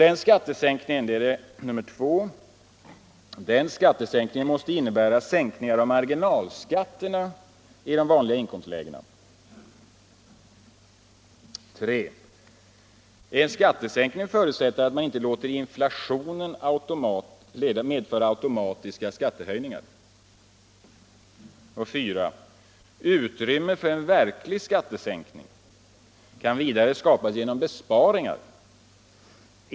Denna skattesänkning måste innebära sänkningar av marginalskatterna i de vanliga inkomstlägena. 3. En skattesänkning förutsätter att man inte låter inflationen medföra automatiska skattehöjningar. 4. Utrymme för en verklig skattesänkning kan vidare skapas genom besparingar.